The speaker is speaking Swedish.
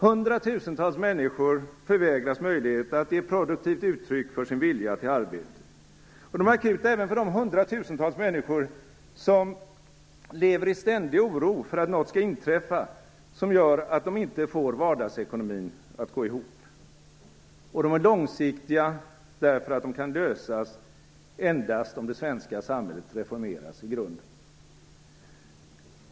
Hundratusentals människor förvägras möjlighet att ge produktivt uttryck för sin vilja till arbete. De är akuta även för de hundratusentals människor som lever i ständig oro för att något skall inträffa som gör att de inte får vardagsekonomin att gå ihop. Och de är långsiktiga, därför att de kan lösas endast om det svenska samhället reformeras i grunden.